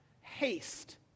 Haste